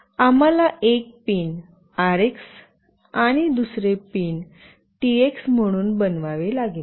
आम्हाला एक pin RX आणि दुसरे पिन टीएक्स म्हणून बनवावे लागेल